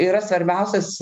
yra svarbiausias